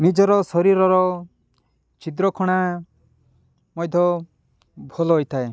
ନିଜର ଶରୀରର ଛିଦ୍ରକଣା ମଧ୍ୟ ଭଲ ହୋଇଥାଏ